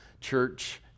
church